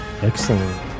Excellent